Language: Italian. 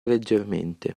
leggermente